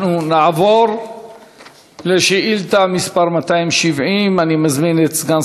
אנחנו נעבור לשאילתה מס' 270. אני מזמין את סגן